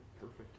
Perfect